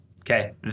Okay